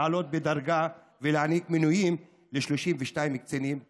להעלות בדרגה ולהעניק מינויים ל-32 קצינים בשב"ס,